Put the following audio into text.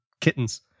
kittens